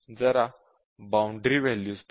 जरा boundary values पहा